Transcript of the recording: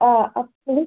ആ അപ്പോൾ